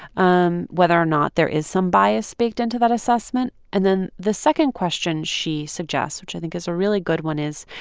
um whether or not there is some bias baked into that assessment and then the second question she suggests, which i think is a really good one, is,